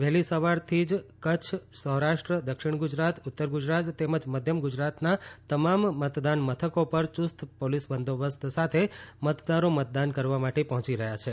વહેલી સવારથી કચ્છ સૌરાષ્ટ્ર દક્ષિણ ગુજરાત ઉત્તર ગુજરાત તેમજ મધ્ય ગુજરાતના તમામ મતદાન મથકો પર યુસ્ત પોલીસ બંદોબસ્ત સાથે મતદારો મતદાન કરવા માટે પહોંચી રહ્યા છે